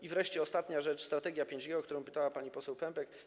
I wreszcie ostatnia rzecz, strategia 5G, o którą pytała pani poseł Pępek.